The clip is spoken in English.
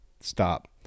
Stop